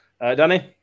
Danny